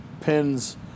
pins